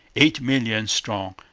eight millions strong,